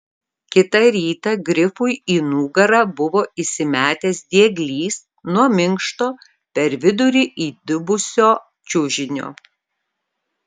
kitą rytą grifui į nugarą buvo įsimetęs dieglys nuo minkšto per vidurį įdubusio čiužinio